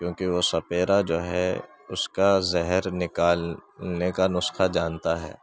کیوں کہ وہ سپیرا جو ہے اس کا زہر نکال نے کا نسخہ جانتا ہے